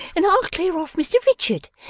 and i'll clear off mr richard.